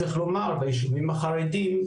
צריך לומר ביישובים החרדים,